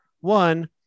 one